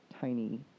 tiny